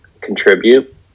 contribute